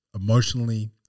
Emotionally